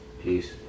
Peace